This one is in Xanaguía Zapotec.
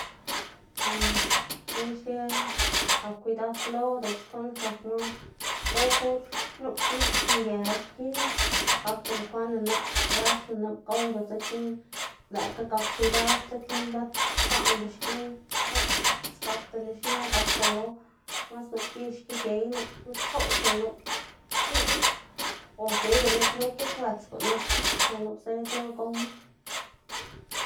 minn xki gap kwidad lo diꞌltsa xkuꞌn sdzakga gow pur nup gix nge xki, gakda bekwaꞌn ni nup gras ni nup gowda, dzekna lëꞌkga gap kwidad dzekna bëtkwaꞌnda xki bët gakda nixnë gakda lo, mas nup gix xki gey nup lchoꞌx o nup px̱iꞌx o geyga nup lo lgit wëts gunusa tsu nup zëd lo gowma.